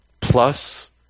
plus